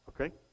okay